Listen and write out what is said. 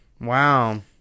Wow